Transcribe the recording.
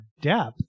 depth